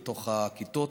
לתוך הכיתות.